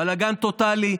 בלגן טוטלי,